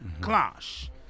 clash